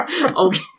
Okay